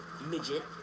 midget